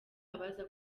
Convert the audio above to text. abaza